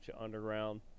Underground